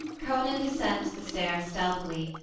conan descends the stair stealthily,